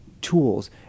tools